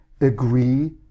agree